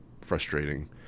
frustrating